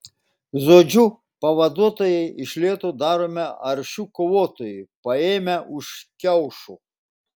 žodžiu pavaduotoją iš lėto darome aršiu kovotoju paėmę už kiaušų